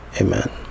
Amen